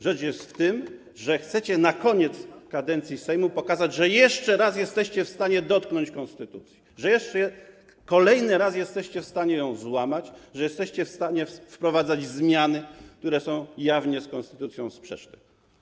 Rzecz jest w tym, że chcecie na koniec kadencji Sejmu pokazać, że jeszcze raz jesteście w stanie dotknąć konstytucji, że jeszcze kolejny raz jesteście w stanie ją złamać, że jesteście w stanie wprowadzać zmiany, które są jawnie z konstytucją sprzeczne.